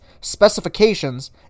specifications